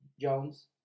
Jones